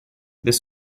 this